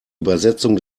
übersetzung